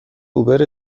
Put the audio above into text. اوبر